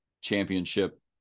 championship